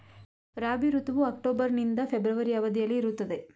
ರಾಬಿ ಋತುವು ಅಕ್ಟೋಬರ್ ನಿಂದ ಫೆಬ್ರವರಿ ಅವಧಿಯಲ್ಲಿ ಇರುತ್ತದೆ